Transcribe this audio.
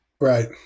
Right